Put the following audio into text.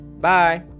Bye